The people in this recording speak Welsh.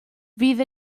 fydd